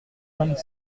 vingt